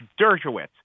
Dershowitz